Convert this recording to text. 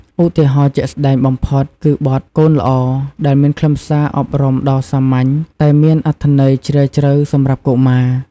ឧទាហរណ៍ជាក់ស្ដែងបំផុត គឺបទ "កូនល្អ" ដែលមានខ្លឹមសារអប់រំដ៏សាមញ្ញ តែមានអត្ថន័យជ្រាលជ្រៅសម្រាប់កុមារ។